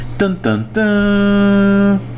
Dun-dun-dun